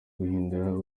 guhindura